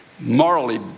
morally